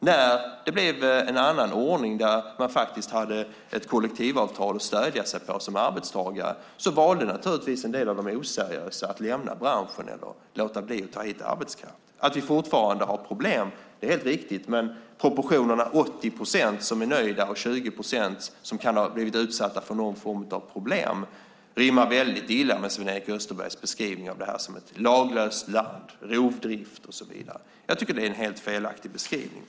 När det blev en annan ordning, där man hade ett kollektivavtal att stödja sig på som arbetstagare valde en del av de oseriösa att lämna branschen eller låta bli att ta hit arbetskraft. Att vi fortfarande har problem är helt riktigt. Men proportionen 80 procent som är nöjda och 20 procent som kan ha blivit utsatta för någon form av problem rimmar väldigt illa med Sven-Erik Österbergs beskrivning av Sverige som ett laglöst land, rovdrift och så vidare. Jag tycker att det är en helt felaktig beskrivning.